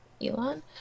Elon